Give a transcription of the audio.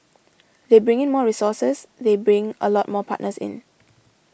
they bring in more resources they bring a lot more partners in